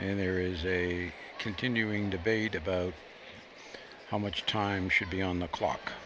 and there is a continuing debate about how much time should be on the clock